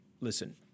listen